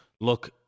look